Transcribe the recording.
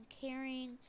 caring